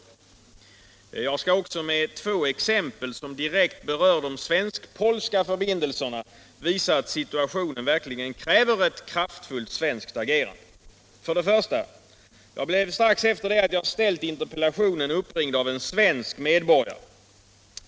Jag skall med två exempel som direkt berör de svensk-polska förbindelserna visa att situationen verkligen kräver kraftfullt svenskt agerande: För det första: Jag blev strax efter det att jag ställt interpellationen uppringd av en svensk medborgare.